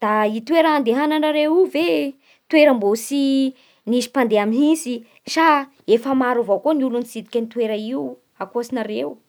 Da io toera andehananareo ve da toera mbo tsy nisy mpandeha mihintsy? Sa efa maro avao koa olo nitsidiky toera io, akonareo?